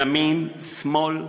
ימין, שמאל,